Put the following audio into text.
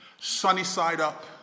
sunny-side-up